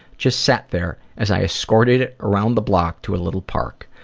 just sat there as i escorted it around the block to a little park.